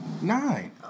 Nine